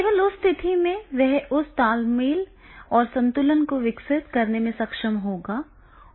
केवल उस स्थिति में वह उस तालमेल और संतुलन को विकसित करने में सक्षम होगा